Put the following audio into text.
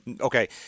Okay